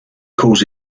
cause